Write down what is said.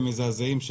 מזעזעים,